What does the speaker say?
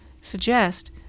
suggest